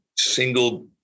single